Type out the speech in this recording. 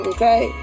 Okay